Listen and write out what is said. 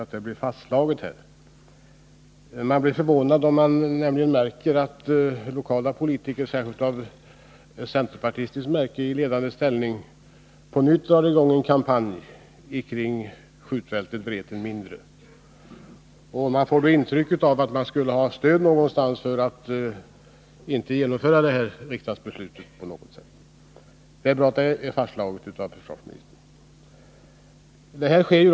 Man blir nämligen förvånad när man märker att lokala politiker — särskilt av centerpartistiskt märke i ledande ställning — på nytt drar i gång en kampanj kring skjutfältet Vreten mindre och ger intryck av att de skulle ha stöd någonstans för att inte genomföra det fattade riksdagsbeslutet. Det är därför bra att försvarsministern nu klargjort att det beslutet skall stå fast.